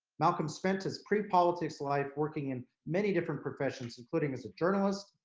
malcolm spent his pre-politics life working in many different professions, including as a journalist,